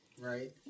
Right